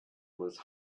was